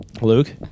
Luke